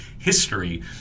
history